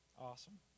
Awesome